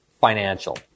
financial